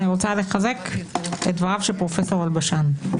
אני רוצה לחזק את דבריו של פרופ' אלבשן.